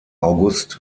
august